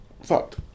fucked